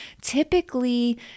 Typically